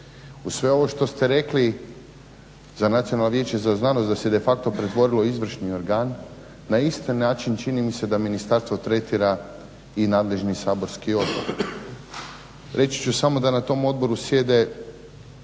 Uz sve ovo što ste rekli za Nacionalno vijeće za znanost da se de facto pretvorilo u izvršni organ na isti način čini mi se da ministarstvo tretira i nadležni saborski odbor. Reći ću samo da na tom odboru sjede